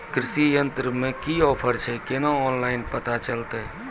कृषि यंत्र मे की ऑफर छै केना ऑनलाइन पता चलतै?